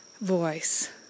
voice